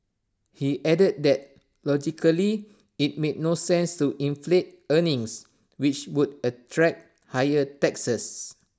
he added that logically IT made no sense to inflate earnings which would attract higher taxes